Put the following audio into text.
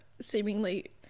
seemingly